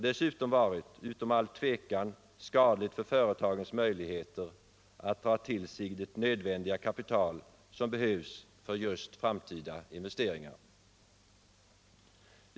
Dessutom hade det — det står utom allt tvivel — varit skadligt för företagens möjligheter att dra till sig det nödvändiga kapital som behövs för just framtida investeringar.